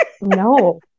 No